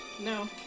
No